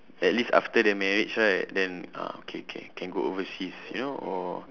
at least after the marriage right then ah K K can go overseas you know or